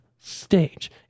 Stage